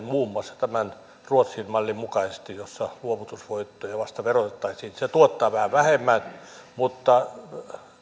muun muassa tämän ruotsin mallin mukaisesti jossa vasta luovutusvoittoja verotettaisiin se tuottaa vähän vähemmän mutta